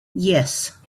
yes